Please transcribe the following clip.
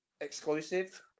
exclusive